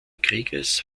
krieges